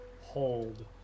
hold